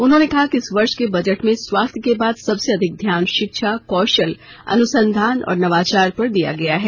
उन्होंने कहा कि इस वर्ष के बजट में स्वास्थ्य के बाद सबसे अधिक ध्यान शिक्षा कौशल अनुसंधान और नवाचार पर दिया गया है